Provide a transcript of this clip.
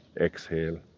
exhale